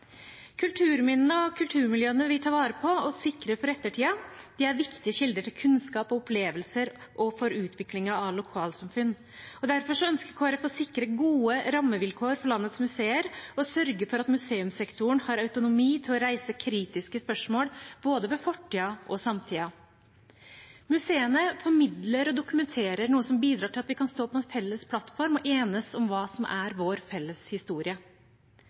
Kulturminnene og kulturmiljøene vi tar vare på og sikrer for ettertiden, er viktige kilder til kunnskap og opplevelser og for utviklingen av lokalsamfunn. Derfor ønsker Kristelig Folkeparti å sikre gode rammevilkår for landets museer og sørge for at museumssektoren har autonomi til å reise kritiske spørsmål ved både fortiden og samtiden. Museene formidler og dokumenterer noe som bidrar til at vi kan stå på en felles plattform og enes om hva som er vår felles historie.